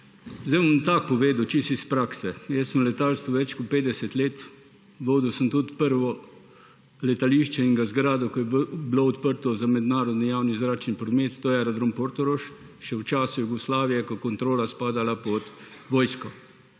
zdaj bom povedal čisto iz prakse. Jaz sem v letalstvu več kot 50 let. Vodil sem tudi prvo letališče in ga zgradil, ki je bilo odprto za mednarodni javni zračni promet – to je Aerodrom Portorož – še v času Jugoslavije, ko je kontrola spadala pod vojsko.